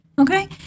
okay